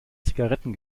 zigaretten